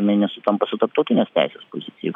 jinai nesutampa su tarptautinės teisės pozicija